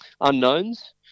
unknowns